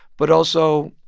but also